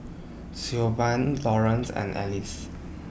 Siobhan Lawrance and Elise